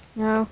no